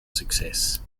success